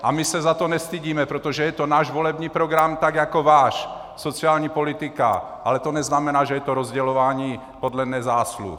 A my se za to nestydíme, protože je to náš volební program tak jako váš, sociální politika, ale to neznamená, že je to rozdělování podle nezásluh.